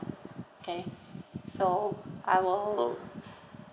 okay so I will